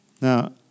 Now